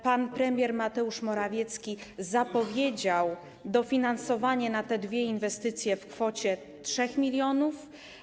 Pan premier Mateusz Morawiecki zapowiedział dofinansowanie na te dwie inwestycje w kwocie 3 mln.